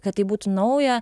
kad tai būtų nauja